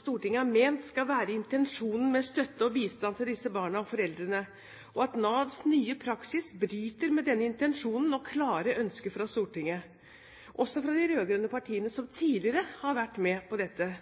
Stortinget har ment skal være intensjonen med støtte og bistand til disse barna og foreldrene – og at Navs nye praksis bryter med denne intensjonen og et klart ønske fra Stortinget – også de rød-grønne partiene, som tidligere har vært med på dette.